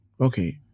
Okay